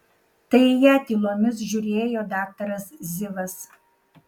tai į ją tylomis žiūrėjo daktaras zivas